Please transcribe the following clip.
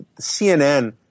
CNN